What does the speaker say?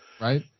Right